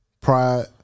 pride